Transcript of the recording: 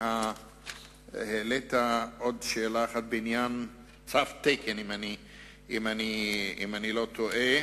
העלית עוד שאלה, בעניין תו תקן, אם אני לא טועה.